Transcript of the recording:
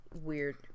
weird